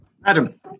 Madam